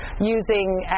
using